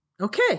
Okay